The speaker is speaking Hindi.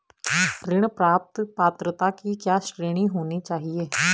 ऋण प्राप्त पात्रता की क्या श्रेणी होनी चाहिए?